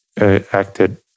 acted